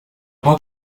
por